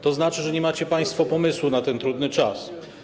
To znaczy, że nie macie państwo pomysłu na ten trudny czas.